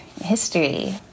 history